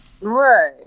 Right